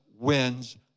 wins